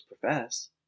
profess